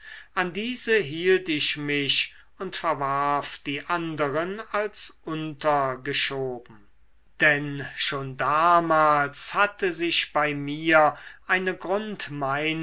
an diese hielt ich mich und verwarf die anderen als untergeschoben denn schon damals hatte sich bei mir eine